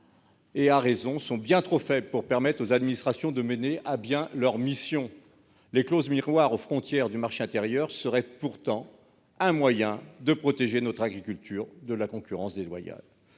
appliquons sont bien trop faibles pour permettre à l'administration de mener à bien sa mission. L'instauration de clauses miroirs aux frontières du marché intérieur serait pourtant un moyen de protéger notre agriculture de la concurrence déloyale,